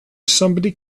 somebody